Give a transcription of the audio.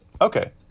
Okay